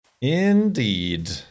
Indeed